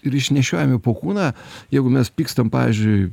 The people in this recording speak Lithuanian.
ir išnešiojami po kūną jeigu mes pykstam pavyzdžiui